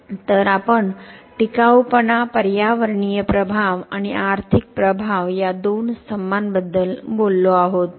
तर आपण टिकाऊपणा पर्यावरणीय प्रभाव आणि आर्थिक प्रभाव या दोन स्तंभांबद्दल बोललो आहोत